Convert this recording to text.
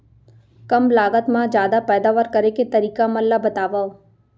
कम लागत मा जादा पैदावार करे के तरीका मन ला बतावव?